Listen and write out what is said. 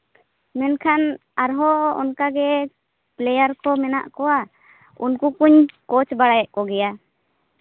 ᱢᱮᱱᱠᱷᱟᱱ ᱟᱨᱦᱚᱸ ᱚᱱᱠᱟᱜᱮ ᱯᱞᱮᱭᱟᱨ ᱠᱚ ᱢᱮᱱᱟᱜ ᱠᱚᱣᱟ ᱩᱱᱠᱩ ᱠᱚᱧ ᱠᱳᱪ ᱵᱟᱲᱟᱭᱮᱫ ᱠᱚᱜᱮᱭᱟ